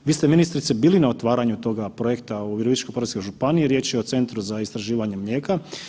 Vi ste ministrice bili na otvaranju toga projekta u Virovitičko-podravskoj županiji, riječ je o Centru za istraživanje mlijeka.